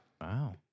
Wow